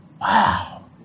Wow